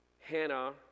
Hannah